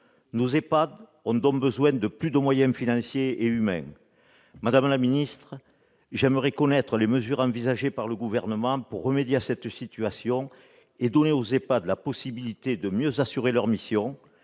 Nos EHPAD ont donc besoin de davantage de moyens financiers et humains. Madame la ministre, j'aimerais connaître les mesures envisagées par le Gouvernement pour remédier à cette situation et donner aux EHPAD la possibilité de mieux assurer leurs missions